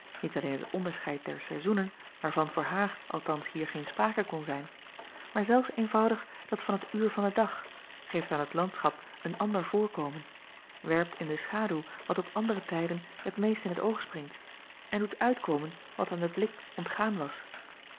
iet alleen het onderscheid der saizoenen waarvan voor haar althans hier geen sprake kon zijn maar zelfs eenvoudig dat van het uur van den dag geeft aan het landschap een ander voorkomen werpt in de schaduw wat op andere tijden t meest in t oog springt en doet uitkomen wat aan den blik ontgaan was